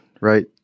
right